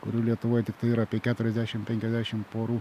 kurių lietuvoj tiktai yra apie keturiasdešim penkiasdešim porų